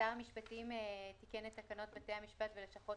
המשפטים תיקן את תקנות בתי המשפט ולשכות